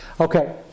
Okay